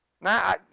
Now